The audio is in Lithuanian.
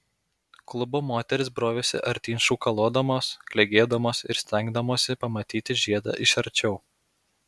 klubo moterys brovėsi artyn šūkalodamos klegėdamos ir stengdamosi pamatyti žiedą iš arčiau